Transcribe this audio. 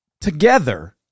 together